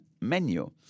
menu